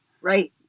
Right